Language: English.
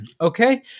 okay